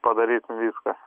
padarysim viską